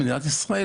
במדינת ישראל,